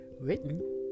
written